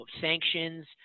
sanctions